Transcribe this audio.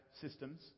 systems